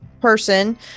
person